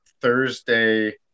Thursday